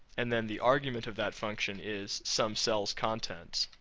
and then the argument of that function is some cell's content,